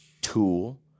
Tool